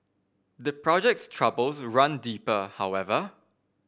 the project's troubles run deeper however